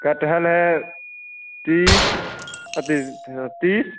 कटहल है तीस तीस हाँ तीस